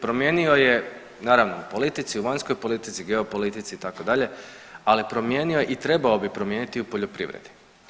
Promijenio je naravno u politici, vanjskoj politici, geopolitici itd., ali promijenio i trebao bi promijeniti u poljoprivredi.